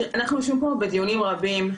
אנחנו יושבים פה בדיונים רבים,